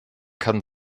kann